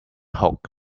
hook